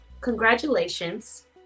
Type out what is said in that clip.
congratulations